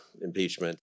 impeachment